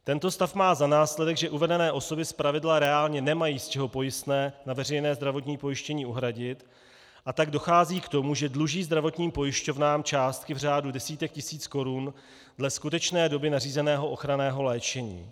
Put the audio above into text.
Tento stav má za následek, že uvedené osoby zpravidla reálně nemají, z čeho pojistné na veřejné zdravotní pojištění uhradit, a tak dochází k tomu, že dluží zdravotním pojišťovnám částky v řádu desítek tisíc korun dle skutečné doby nařízeného ochranného léčení.